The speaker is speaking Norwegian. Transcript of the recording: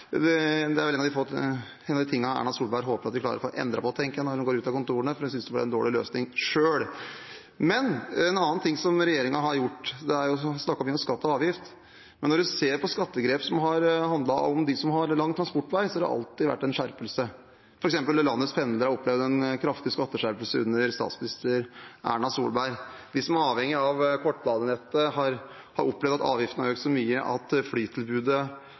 vel en av de tingene Erna Solberg håper på at vi klarer å få endret på, tenker jeg, når hun går ut av kontorene, for hun synes selv det ble en dårlig løsning. En annen ting som regjeringen har gjort: Det er mye snakk om skatt og avgift, men når man ser på skattegrep som har handlet om dem som har lang transportvei, har det alltid vært en skjerpelse, f.eks. har landets pendlere opplevd en kraftig skatteskjerpelse under statsminister Erna Solberg. De som er avhengig av kortbanenettet, har opplevd at avgiftene har økt så mye at flytilbudet